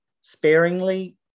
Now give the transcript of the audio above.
sparingly